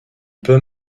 peut